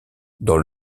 dans